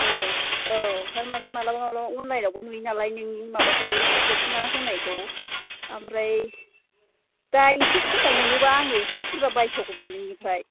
ए औ थारमानि मालाबा मालाबा अलाइनयावबो नुयो नालाय नोंनि माबाखौ दख'ना होनायखौ ओमफ्राय दा एसे खमाव मोनोबा आङो एसे बुरजा बायस'गौमोन नोंनिफ्राय